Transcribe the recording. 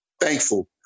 thankful